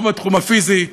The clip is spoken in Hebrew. או בתחום הפיזי,